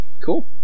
Cool